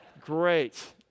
great